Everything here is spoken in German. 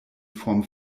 form